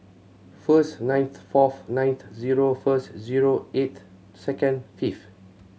first ninth fourth ninth zero first eighth second fifth